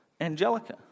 Angelica